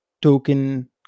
token